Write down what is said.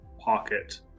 pocket